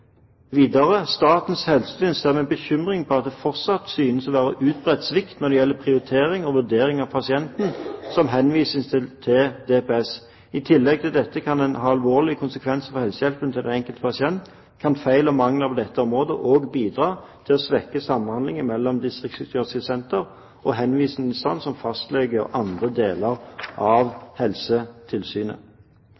Videre: «Statens helsetilsyn ser med bekymring på at det fortsatt synes å være utbredt svikt når det gjelder prioritering og vurdering av pasienter som henvises til DPS. I tillegg til at dette kan ha alvorlige konsekvenser for helsehjelpen til den enkelte pasient, kan feil og mangler på dette området også bidra til å svekke samhandlingen mellom DPS og henvisende instanser som fastleger og andre deler av